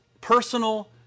personal